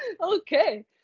okay